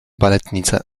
baletnice